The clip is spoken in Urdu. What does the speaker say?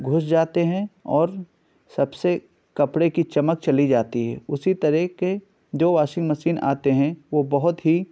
گھس جاتے ہیں اور سب سے کپڑے کی چمک چلی جاتی ہے اسی طرح کے جو واشنگ مشین آتے ہیں وہ بہت ہی